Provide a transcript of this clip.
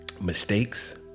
mistakes